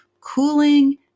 Cooling